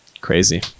crazy